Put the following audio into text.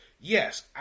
yes